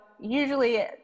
usually